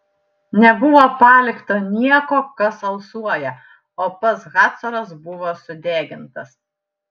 nebuvo palikta nieko kas alsuoja o pats hacoras buvo sudegintas